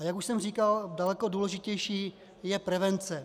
A jak už jsem říkal, daleko důležitější je prevence.